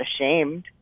ashamed